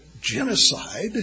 genocide